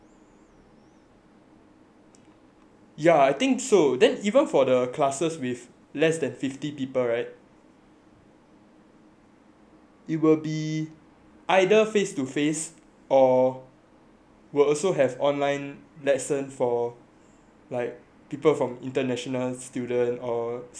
yeah I think so that even for classes with less than fifty people right it will be either face to face or we'll also have online lesson for like people from for international student or stay at home notice student